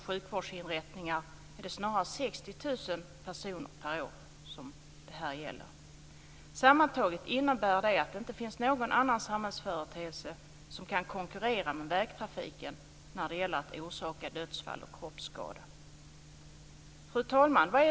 Jag vill gärna i detta sammanhang framhålla att motorvägarna faktiskt är våra snabbaste men också våra säkraste vägar. Därför tycker vi moderater att det ska anläggas fler motorvägar.